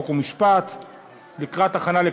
חוק ומשפט נתקבלה.